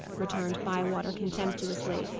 returned bywater, contemptuously.